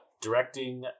directing